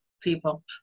people